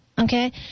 okay